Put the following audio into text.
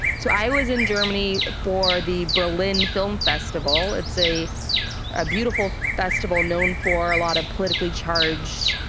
so i was in germany for the berlin film festival. it's a a beautiful festival known for a lot of politically charged,